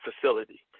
facility